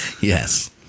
Yes